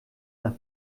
nach